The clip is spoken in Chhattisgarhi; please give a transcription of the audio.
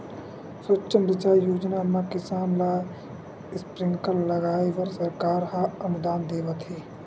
सुक्ष्म सिंचई योजना म किसान ल स्प्रिंकल लगाए बर सरकार ह अनुदान देवत हे